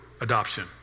adoption